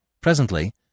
Presently